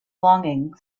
longing